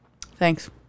Thanks